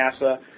NASA